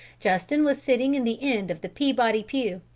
justin was sitting in the end of the peabody pew,